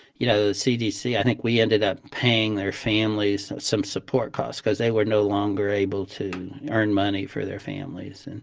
you know, the cdc, i think we ended up paying their families some support costs because they were no longer able to earn money for their families, and